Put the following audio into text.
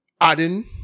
adding